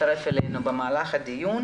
יצטרף אלינו במהלך הדיון.